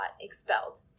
expelled